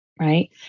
right